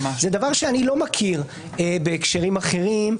זה דבר שאני לא מכיר בהקשרים אחרים.